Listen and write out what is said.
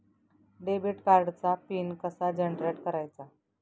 Debit कार्डचा pin कसा generate करायचा?